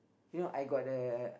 you know I got the